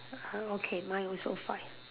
uh okay mine also five